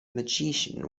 magician